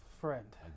friend